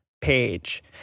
page